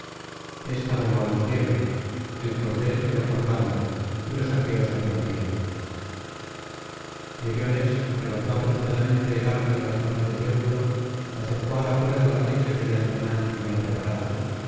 ésta voló al cielo el cordel quedó colgando y los aqueos aplaudieron meriones arrebató apresuradamente el arco de las manos de teucro acercó á la cuerda la flecha que de antemano tenía preparada